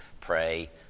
pray